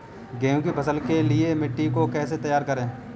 गेहूँ की फसल के लिए मिट्टी को कैसे तैयार करें?